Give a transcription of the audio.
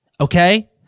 okay